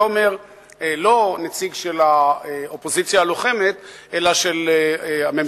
זה אומר לא נציג של האופוזיציה הלוחמת אלא של הממשלה,